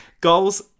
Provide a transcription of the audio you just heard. goals